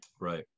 Right